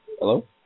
Hello